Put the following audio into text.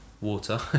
water